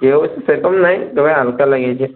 কেউ সেরকম নাই তবে হাল্কা লেগেছে